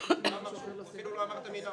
מי נמנע?